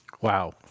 Wow